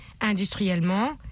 industriellement